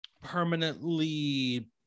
Permanently